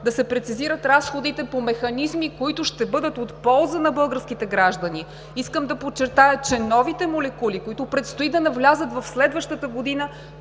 да се прецизират разходите по механизми, които ще бъдат от полза на българските граждани. Искам да подчертая, че новите молекули, които предстои да навлязат в следващата година,